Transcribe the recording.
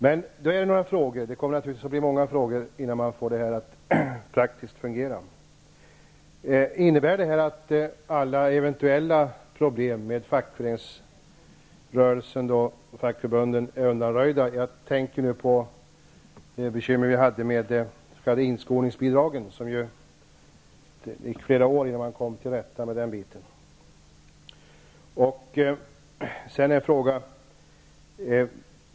Men jag har några frågor -- det kommer naturligtvis att bli många frågor innan man får det att fungera praktiskt. Innebär det här att alla eventuella problem med fackförbunden är undanröjda? Jag tänker då på de bekymmer som vi hade med de s.k. inskolningsbidragen -- det gick flera år innan man kom till rätta med dem.